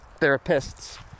therapists